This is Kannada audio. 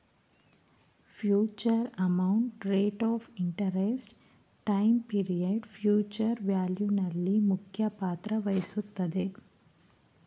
future amount, rate of interest, time period future value ನಲ್ಲಿ ಮುಖ್ಯ ಪಾತ್ರ ವಹಿಸುತ್ತದೆ